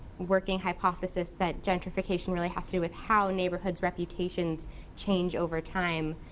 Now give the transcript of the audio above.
working hypothesis that gentrification really has to do with how neighborhoods' reputations change over time,